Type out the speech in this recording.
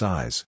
Size